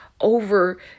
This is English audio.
over